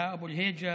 בהא אבו אל-היג'א,